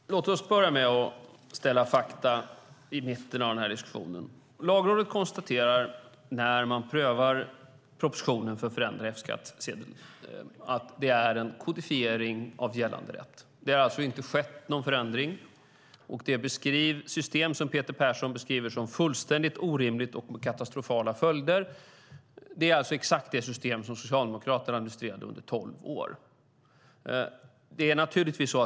Fru talman! Låt oss börja med att ställa fakta i centrum för den här diskussionen. Lagrådet konstaterar när man prövar propositionen för att förändra F-skattsedeln att det är en kodifiering av gällande rätt. Det har alltså inte skett någon förändring, och det system som Peter Persson beskriver som fullständigt orimligt och med katastrofala följder är alltså exakt det system som Socialdemokraterna administrerade under tolv år.